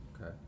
okay